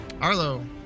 Arlo